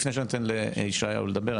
לפני שאתן לישעיהו לדבר,